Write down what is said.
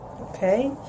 Okay